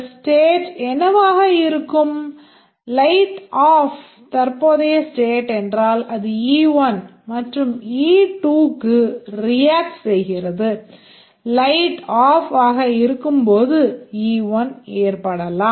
state table ஆக இருக்கும்போது e1 ஏற்படலாம்